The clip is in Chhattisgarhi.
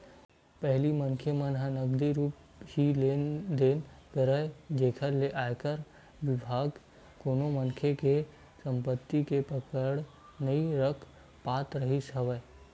पहिली मनखे मन ह नगदी रुप ही लेन देन करय जेखर ले आयकर बिभाग कोनो मनखे के संपति के पकड़ नइ कर पात रिहिस हवय